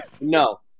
no